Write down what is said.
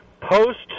post